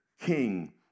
king